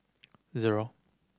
zero